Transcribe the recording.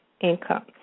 income